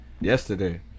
Yesterday